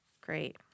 Great